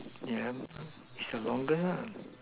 yeah lah is the longest lah